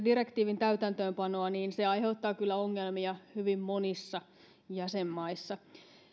direktiivin täytäntöönpanosta niin se aiheuttaa kyllä ongelmia hyvin monissa jäsenmaissa